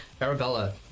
Arabella